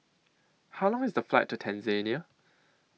How Long IS The Flight to Tanzania